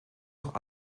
auch